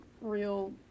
real